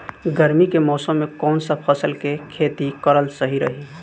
गर्मी के मौषम मे कौन सा फसल के खेती करल सही रही?